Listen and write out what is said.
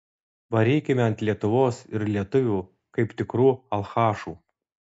varykime ant lietuvos ir lietuvių kaip tikrų alchašų